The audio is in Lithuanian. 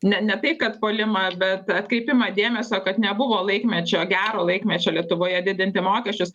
ne ne tai kad puolimą bet atkreipimą dėmesio kad nebuvo laikmečio gero laikmečio lietuvoje didinti mokesčius